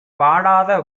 வாடாத